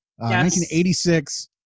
1986